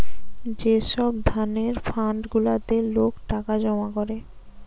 যে সব ধরণের ফান্ড গুলাতে লোক টাকা জমা করে